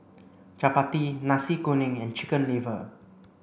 Chappati Nasi Kuning and chicken liver